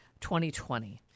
2020